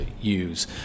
use